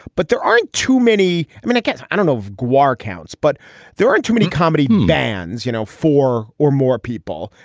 but there aren't too many. i mean, i guess i don't know. gua counts, but there aren't too many comedy bands, you know, four or more people.